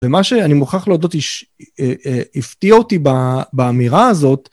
ומה שאני מוכרח להודות, הפתיע אותי באמירה הזאת,